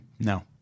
No